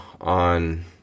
on